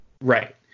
Right